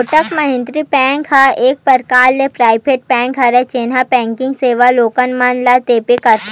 Kotak Mahindra bank एक परकार ले पराइवेट बेंक हरय जेनहा बेंकिग सेवा लोगन मन ल देबेंच करथे